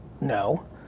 No